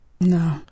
No